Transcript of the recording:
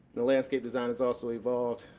the landscape design has also evolved.